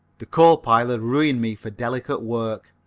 the coal pile had ruined me for delicate work.